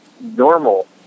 normal